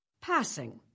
Passing